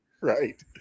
Right